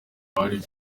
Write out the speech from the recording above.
bari